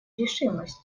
решимость